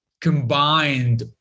combined